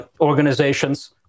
organizations